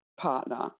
partner